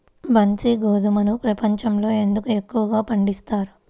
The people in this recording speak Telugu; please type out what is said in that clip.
బన్సీ గోధుమను ప్రపంచంలో ఎందుకు ఎక్కువగా పండిస్తారు?